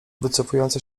wycofujące